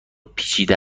پیچیده